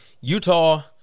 Utah